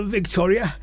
Victoria